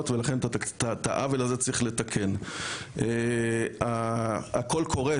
גרוס מנהל מינהל חברה ונוער משרד החינוך רוני מר עו"ד,